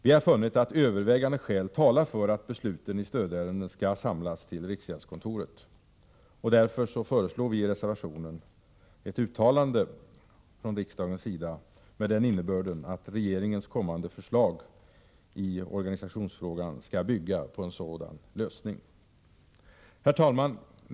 Vi har funnit att övervägande skäl talar för att besluten i stödärenden skall samlas till riksgäldskontoret. Därför föreslår vi i reservationen ett uttalande från riksdagens sida med den innebörden att regeringens kommande förslag i organisationsfrågan skall bygga på en sådan lösning. Herr talman!